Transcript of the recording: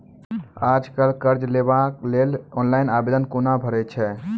आज कल कर्ज लेवाक लेल ऑनलाइन आवेदन कूना भरै छै?